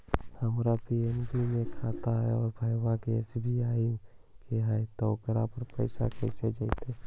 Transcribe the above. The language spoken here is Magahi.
हमर पी.एन.बी के खाता है और भईवा के एस.बी.आई के है त ओकर पर पैसबा कैसे जइतै?